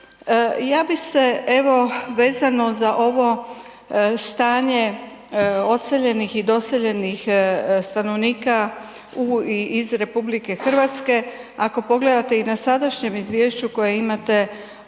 Ja bih se evo vezano za ovo stanje odseljenih i doseljenih stanovnika u i iz RH, ako pogledate i na sadašnjem izvješću koje imate na